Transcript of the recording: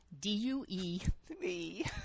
D-U-E